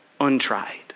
untried